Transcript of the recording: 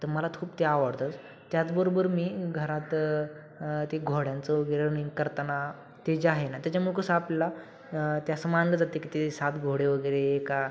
त मला खूप ते आवडतं त्याचबरोबर मी घरात ते घोड्यांचं वगैरे रनिंग करताना ते जे आहे ना त्याच्यामुळं कसं आपल्याला ते असं मानलं जाते की ते सात घोडे वगैरे एका